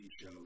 show